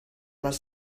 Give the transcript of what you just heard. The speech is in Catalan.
les